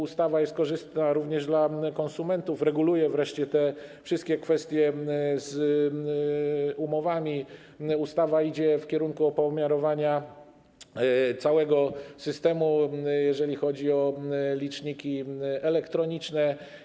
Ustawa jest korzystna również dla konsumentów, reguluje wreszcie te wszystkie kwestie dotyczące umów, idzie w kierunku opomiarowania całego systemu, jeżeli chodzi o liczniki elektroniczne.